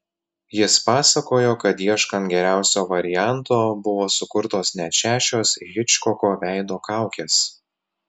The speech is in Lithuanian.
jis pasakojo kad ieškant geriausio varianto buvo sukurtos net šešios hičkoko veido kaukės